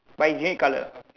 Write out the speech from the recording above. but is red colour